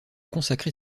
consacré